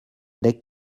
they